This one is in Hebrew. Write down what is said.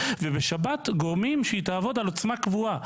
ובשבת גורמים שהיא תעבוד על עוצמה קבועה.